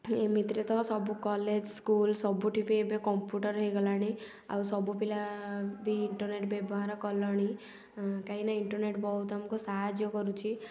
ଏମିତିରେ ତ ସବୁ କଲେଜ ସ୍କୁଲ ସବୁଠି ବି ଏବେ କମ୍ପ୍ୟୁଟର ହେଇଗଲାଣି ଆଉ ସବୁ ପିଲା ବି ଇଣ୍ଟରନେଟ୍ ବ୍ୟବହାର କଲଣି କାହିଁକି ନା ଇଣ୍ଟରନେଟ୍ ବହୁତ ଆମକୁ ସାହାଯ୍ୟ କରୁଛି